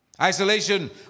Isolation